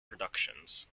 productions